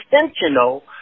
intentional